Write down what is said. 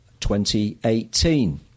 2018